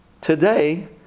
Today